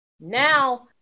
Now